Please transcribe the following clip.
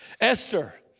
Esther